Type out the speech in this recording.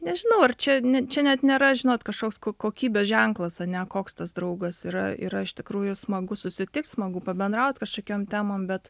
nežinau ar čia ne čia net nėra žinot kažkoks kokybės ženklas ane koks tas draugas yra yra iš tikrųjų smagu susitikt smagu pabendraut kažkokiom temom bet